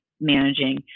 managing